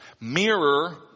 mirror